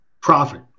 Profit